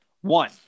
One